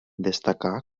destacà